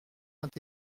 vingt